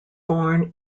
born